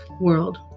world